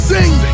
Sing